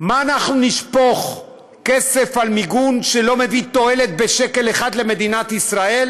מה אנחנו נשפוך כסף על מיגון שלא מביא תועלת בשקל אחד למדינת ישראל?